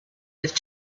with